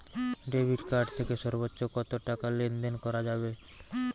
Debit card থেকে সর্বোচ্চ কত টাকা লেনদেন করা যাবে?